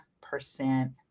percent